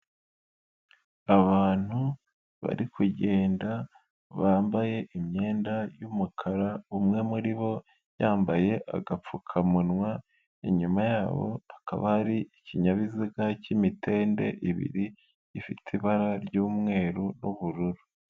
Abantu bari kugenda bambaye imyenda y'umukara, umwe muri bo yambaye agapfukamunwa inyuma yabo hakaba hari ikinyabiziga cy'imitende ibiri ifite ibara ry'umweru n'ubururu.